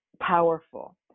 powerful